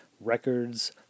records